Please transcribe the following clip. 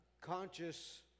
conscious